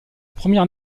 première